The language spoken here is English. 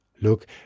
Look